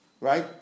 Right